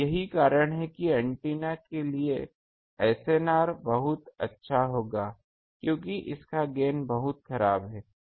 और यही कारण है कि इस एंटीना के लिए एसएनआर बहुत अच्छा होगा क्योंकि इसका गेन बहुत खराब है